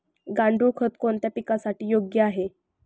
गांडूळ खत कोणत्या पिकासाठी योग्य आहे?